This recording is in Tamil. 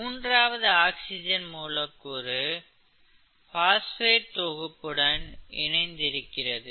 மூன்றாவது ஆக்சிஜன் மூலக்கூறு பாஸ்பேட் தொகுப்புடன் அதாவது PO4 தொகுப்பு இணைந்து இருக்கிறது